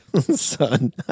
son